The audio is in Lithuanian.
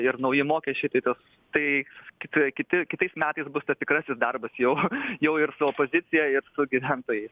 ir nauji mokesčiai tai tas tai kiti kiti kitais metais bus tas tikrasis darbas jau jau ir su opozicija ir su gyventojais